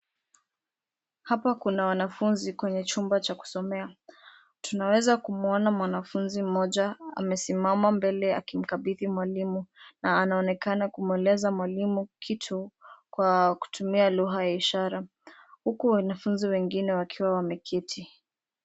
Hapa Kuna wanafunzi kwenye chumba cha kusomea. Tunaweza kumuona mwanafunzi mmoja amesimama mbele akimkabidhi mwalimu, na anaonekana kumweleza mwalimu kitu kwa kutumia lugha ya ishara, huku wanafunzi wengine wakiwa wameketi.